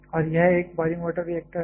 और यह एक ब्वॉयलिंग वॉटर रिएक्टर है